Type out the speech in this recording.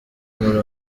muri